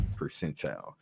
percentile